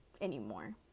anymore